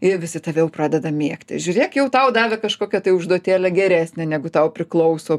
jie visi tave jau pradeda mėgti žiūrėk jau tau davė kažkokią tai užduotėlę geresnę negu tau priklauso